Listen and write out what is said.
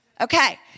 Okay